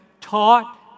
taught